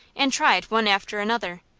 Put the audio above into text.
and tried one after another,